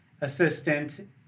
assistant